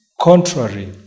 contrary